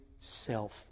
self